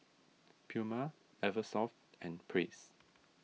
Puma Eversoft and Praise